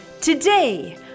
today